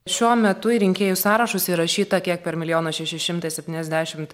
šiuo metu į rinkėjų sąrašus įrašyta kiek per milijoną šeši šimtai septyniasdešimt